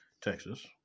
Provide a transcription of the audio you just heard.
Texas